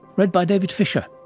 read by david fisher.